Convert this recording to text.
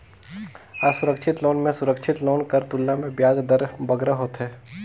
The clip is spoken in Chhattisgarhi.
असुरक्छित लोन में सुरक्छित लोन कर तुलना में बियाज दर बगरा होथे